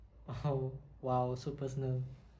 oh !wow! so personal